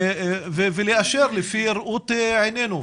ולאשר לפי ראות עיננו.